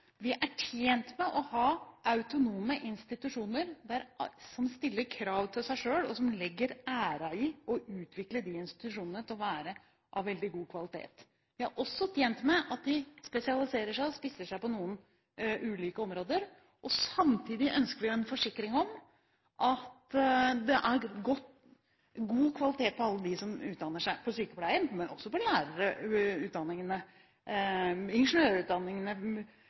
Vi er tjent med å ha autonome institusjoner som stiller krav til seg selv, og som legger sin ære i å utvikle seg til å være av veldig god kvalitet. Vi er også tjent med at de spesialiserer seg og spisser seg på ulike områder. Samtidig ønsker vi en forsikring om at det er god kvalitet på alle de som utdanner seg – på sykepleien, men også på lærerutdanningene, ingeniørutdanningene